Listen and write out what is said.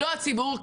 לא הציבור,